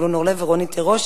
זבולון אורלב ורונית תירוש,